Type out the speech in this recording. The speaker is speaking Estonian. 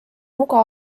nuga